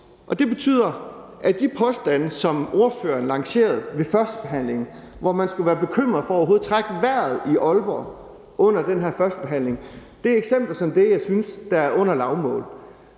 Det betyder, at de påstande, som ordføreren lancerede ved førstebehandlingen, om, at man skulle være bekymret for overhovedet at trække vejret i Aalborg, er eksempler på det, jeg synes er under lavmålet.